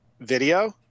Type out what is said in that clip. video